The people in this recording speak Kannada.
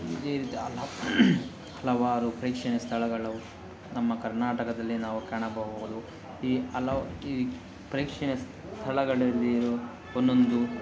ಇದೇ ರೀತಿ ಹಲವಾರು ಪ್ರೇಕ್ಷಣೀಯ ಸ್ಥಳಗಳು ನಮ್ಮ ಕರ್ನಾಟಕದಲ್ಲಿ ನಾವು ಕಾಣಬಹುದು ಈ ಹಲವು ಈ ಪ್ರೇಕ್ಷಣೀಯ ಸ್ಥಳಗಳಲ್ಲಿರುವ ಒಂದೊಂದು